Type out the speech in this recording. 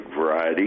variety